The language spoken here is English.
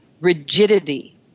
rigidity